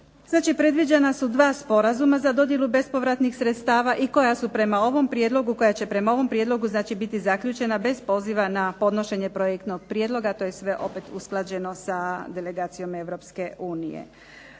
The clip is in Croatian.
učenje. Predviđena su dva sporazuma za dodjelu bespovratnih sredstava i koja su prema ovom prijedlogu biti zaključena bez poziva na podnošenje projektnog prijedloga. To je sve usklađeno sa delegacijom